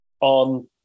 on